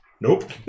nope